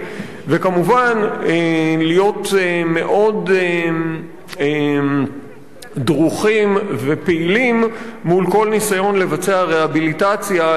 וכמובן להיות מאוד דרוכים ופעילים מול כל ניסיון לבצע רהביליטציה לפושעי